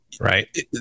right